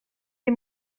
les